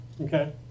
Okay